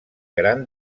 gran